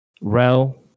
Rel